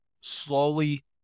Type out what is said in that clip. slowly